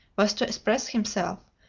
was to express himself,